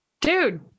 dude